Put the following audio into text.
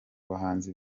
bahanzi